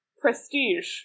prestige